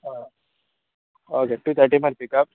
होय okay two थटी मरे पिकअप